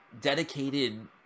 dedicated